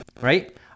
right